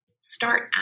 start